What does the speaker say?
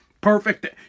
Perfect